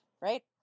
right